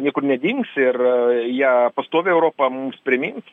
niekur nedings ir ją pastoviai europa mums primins